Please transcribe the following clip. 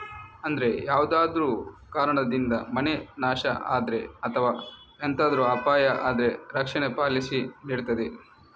ಅಂದ್ರೆ ಯಾವ್ದಾದ್ರೂ ಕಾರಣದಿಂದ ಮನೆ ನಾಶ ಆದ್ರೆ ಅಥವಾ ಎಂತಾದ್ರೂ ಅಪಾಯ ಆದ್ರೆ ರಕ್ಷಣೆ ಪಾಲಿಸಿ ನೀಡ್ತದೆ